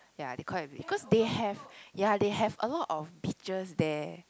ya they call it cause they have ya they have a lot of beaches there